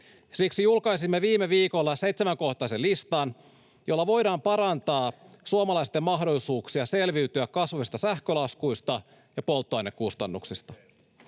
Siksi julkaisimme viime viikolla seitsemänkohtaisen listan, jolla voidaan parantaa suomalaisten mahdollisuuksia selviytyä kasvavista sähkölaskuista ja polttoainekustannuksista.